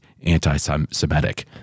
anti-Semitic